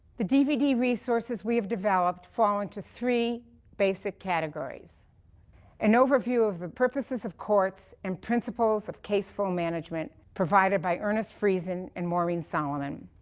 the dvd resources we have developed fall into three basic categories an overview of the purposes of courts and principles of caseflow management provided by ernest friesen and maureen solomon,